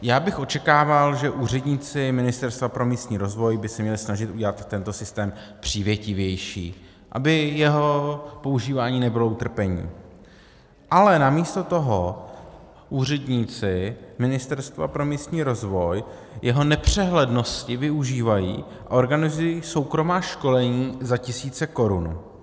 Já bych očekával, že úředníci Ministerstva pro místní rozvoj by se měli snažit udělat tento systém přívětivější, aby jeho používání nebylo utrpení, ale namísto toho úředníci Ministerstva pro místní rozvoj jeho nepřehlednosti využívají a organizují soukromá školení za tisíce korun.